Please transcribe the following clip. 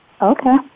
Okay